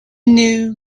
knew